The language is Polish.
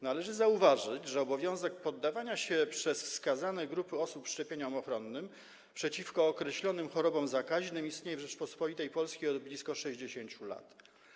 Należy zauważyć, że obowiązek poddawania się przez wskazane grupy osób szczepieniom ochronnym przeciwko określonym chorobom zakaźnym istnieje w Rzeczypospolitej Polskiej od blisko 60 lat.